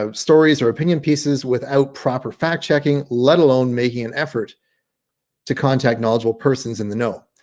ah stories or opinion pieces without proper fact-checking, let alone making an effort to contact knowledgeable persons in the know,